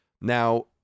now